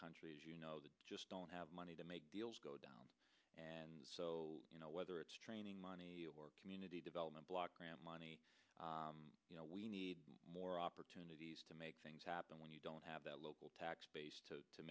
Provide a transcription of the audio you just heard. country as you know that just don't have money to make deals go down and so you know whether it's training money or community development block grant money you know we need more opportunities to make things happen when you don't have that local tax base to